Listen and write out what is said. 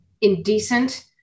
indecent